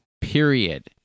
period